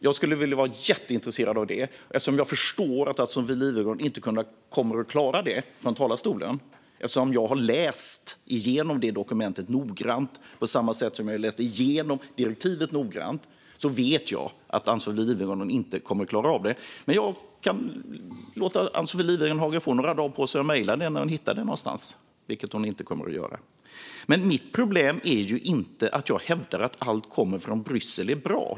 Jag skulle vara jätteintresserad av det. Men jag förstår att Ann-Sofie Lifvenhage inte kommer att klara det. Eftersom jag har läst igenom det dokumentet noggrant på samma sätt som jag läst igenom direktivet noggrant vet jag att Ann-Sofie Lifvenhage inte kommer att klara av det. Men jag kan låta Ann-Sofie Lifvenhage få några dagar på sig och mejla det när hon hittar det någonstans, vilket hon inte kommer att göra. Men mitt problem är inte att jag hävdar att allt som kommer från Bryssel är bra.